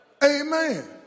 Amen